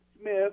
Smith